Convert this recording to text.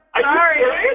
Sorry